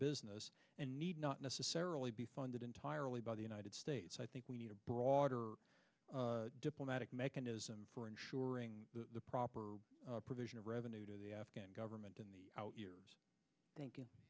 business and need not necessarily be funded entirely by the united states i think we need a broader diplomatic mechanism for ensuring the proper provision of revenue to the afghan government in the outyears thank